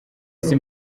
isi